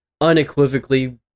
unequivocally